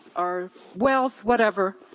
our wealth, whatever,